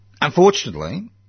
unfortunately